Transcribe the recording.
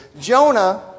Jonah